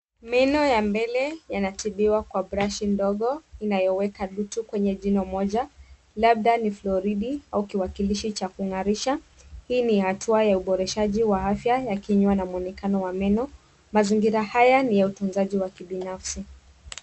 Meno ya mbele yanatibiwa kwa brashi ndogo inayoweka vitu kwenye jino moja labda ni fluoride au kiwakilishi cha kung'arisha. Hii ni hatua ya uboreshaji wa afya ya kinywa na mwonekano wa meno. Mazingira haya ni ya utunzaji wa kibinafsi.